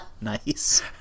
Nice